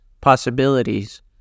possibilities